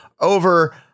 over